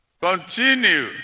continue